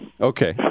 Okay